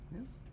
Yes